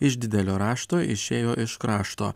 iš didelio rašto išėjo iš krašto